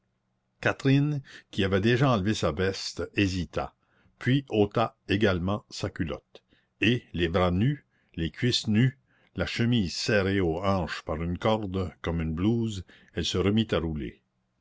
catherine qui avait déjà enlevé sa veste hésita puis ôta également sa culotte et les bras nus les cuisses nues la chemise serrée aux hanches par une corde comme une blouse elle se remit à rouler